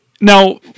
now